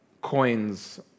coins